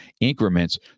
increments